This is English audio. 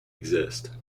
exist